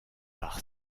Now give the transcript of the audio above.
par